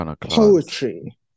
poetry